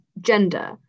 gender